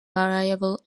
variable